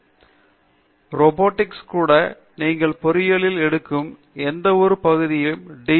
பேராசிரியர் தீபா வெங்கடேஷ் ரோபாட்டிக்ஸ் கூட நீங்கள் பொறியியலில் எடுக்கும் எந்தவொரு பகுதியும் டி